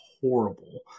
horrible